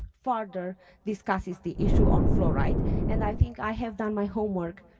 further discusses the issue on fluoride and i think i have done my homework